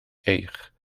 eich